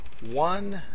One